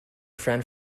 friend